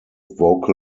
vocal